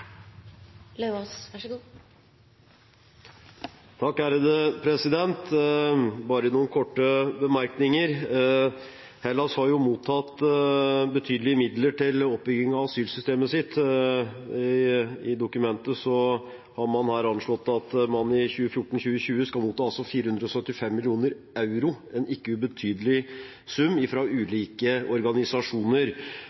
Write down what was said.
Bare noen korte bemerkninger. Hellas har jo mottatt betydelige midler til oppbygging av asylsystemet sitt. I dokumentet har man anslått at man i 2014–2020 skal motta 475 mill. euro, en ikke ubetydelig sum,